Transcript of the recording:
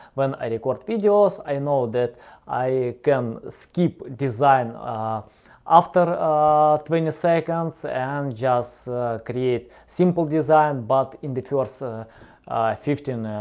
when i record videos, i know that i can skip design ah after ah twenty seconds and just create simple design, but in the first fifteen,